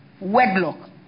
wedlock